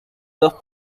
dos